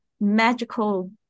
magical